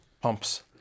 pumps